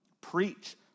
Preach